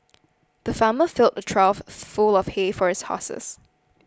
the farmer filled a trough full of hay for his horses